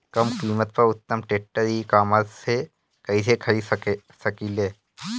कम कीमत पर उत्तम ट्रैक्टर ई कॉमर्स से कइसे खरीद सकिले?